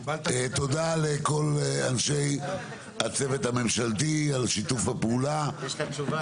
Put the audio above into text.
תודה לכל אנשי הצוות הממשלתי על שיתוף הפעולה,